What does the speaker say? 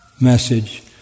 message